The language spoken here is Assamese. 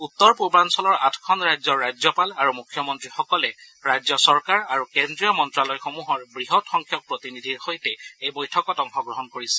উত্তৰ পূৰ্বাঞ্চলৰ আঠখন ৰাজ্যৰ ৰাজ্যপাল আৰু মুখ্যমন্ত্ৰীসকলে ৰাজ্য চৰকাৰ আৰু কেন্দ্ৰীয় মন্ত্ৰ্যালয়সমূহৰ বৃহৎসংখ্যক প্ৰতিনিধিৰ সৈতে এই বৈঠকত অংশগ্ৰহণ কৰিছে